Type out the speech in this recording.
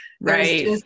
right